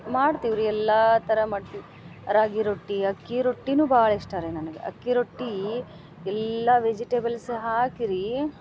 ಮಾಡ್ತಿವ್ರೀ ಎಲ್ಲ ಥರ ಮಾಡ್ತೀವಿ ರಾಗಿ ರೊಟ್ಟಿ ಅಕ್ಕಿ ರೊಟ್ಟಿನೂ ಭಾಳ ಇಷ್ಟ ರೀ ನನಗೆ ಅಕ್ಕಿ ರೊಟ್ಟಿ ಎಲ್ಲ ವೆಜಿಟೇಬಲ್ಸ್ ಹಾಕಿ ರೀ